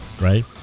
right